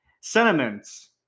Sentiments